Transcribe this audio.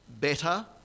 better